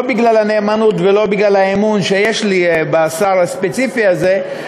לא בגלל הנאמנות ולא בגלל האמון שיש לי בשר הספציפי הזה,